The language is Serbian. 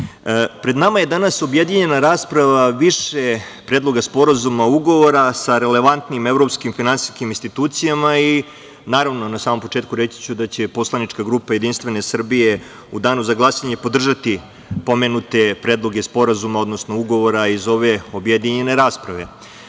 pred nama je danas objedinjena rasprava više predloga sporazuma i ugovora sa relevantnim evropskim finansijskim institucijama i, na samom početku, reći će da će poslanička grupa Jedinstvene Srbije u danu za glasanje podržati pomenute predloge sporazuma, odnosno ugovora iz ove objedinjene rasprave. Sa